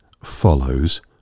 follows